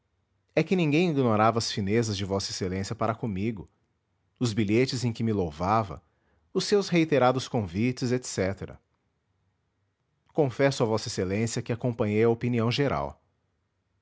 é que ninguém ignorava as finezas de v ex a para comigo os bilhetes em que me louvava os seus reiterados convites etc confesso a v ex a que acompanhei a opinião geral